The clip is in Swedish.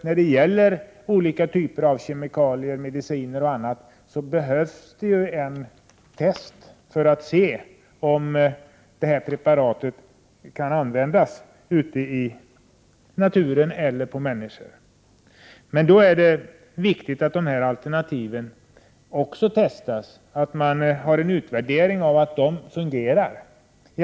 När det gäller olika typer av kemikalier, mediciner och annat behövs ju tester för att man skall kunna se om preparaten kan användas ute i naturen eller på människor. Det är då viktigt att de här alternativen också testas och att man gör en utvärdering av att de fungerar.